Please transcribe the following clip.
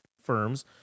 firms